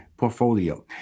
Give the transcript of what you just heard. portfolio